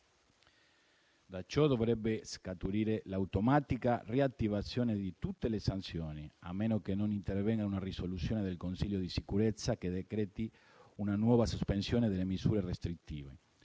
Da ciò dovrebbe scaturire l'automatica riattivazione di tutte le sanzioni, a meno che non intervenga una risoluzione del Consiglio di sicurezza che decreti una nuova sospensione delle misure restrittive.